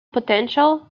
potential